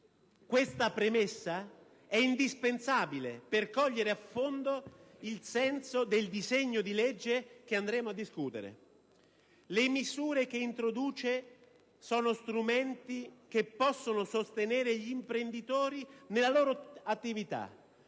Questa premessa è indispensabile per cogliere a fondo il senso del disegno di legge che andremo a discutere: le misure che introduce sono strumenti che possono sostenere gli imprenditori nella loro attività,